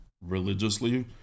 religiously